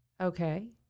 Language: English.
Okay